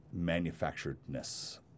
manufacturedness